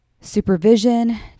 supervision